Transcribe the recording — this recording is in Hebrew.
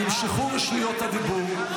נמשכו בקשות רשות הדיבור,